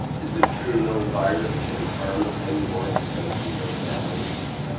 is it true no virus can harm us any more because we are balanced?